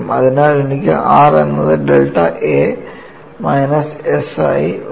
അതിനാൽ എനിക്ക് r എന്നത് ഡെൽറ്റ a മൈനസ് s ആയി ഉണ്ട്